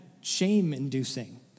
shame-inducing